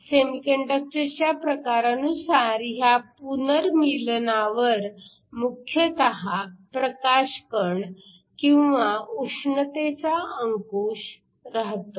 सेमीकंडक्टरच्या प्रकारानुसार ह्या पुनर्मीलनावर मुख्यतः प्रकाश कण किंवा उष्णतेचा अंकुश राहतो